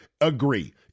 agree